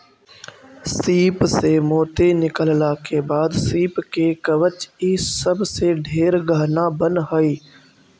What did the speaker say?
सीप से मोती निकालला के बाद सीप के कवच ई सब से ढेर गहना बन हई